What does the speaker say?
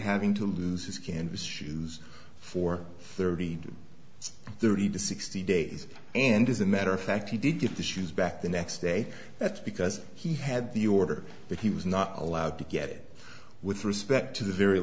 having to lose his canvas shoes for three thousand and thirty to sixty days and as a matter of fact he did get the shoes back the next day that's because he had the order that he was not allowed to get it with respect to the very